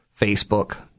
Facebook